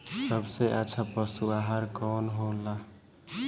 सबसे अच्छा पशु आहार कवन हो ला?